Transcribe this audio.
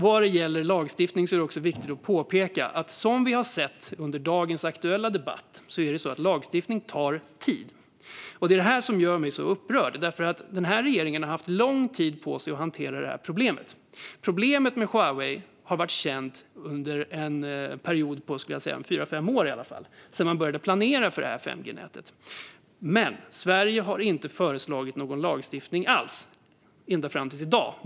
När det gäller lagstiftning är det också viktigt att påpeka att den tar tid, vilket vi har sett under dagens aktuella debatt. Detta gör mig upprörd. Den här regeringen har haft lång tid på sig att hantera det här problemet. Problemet med Huawei har varit känt under fyra fem år, sedan man började planera för 5G-nätet. Men Sverige har inte föreslagit någon lagstiftning alls förrän i dag.